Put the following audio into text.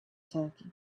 turkey